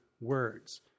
words